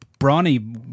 Brawny